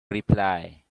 reply